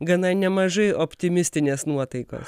gana nemažai optimistinės nuotaikos